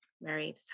Mary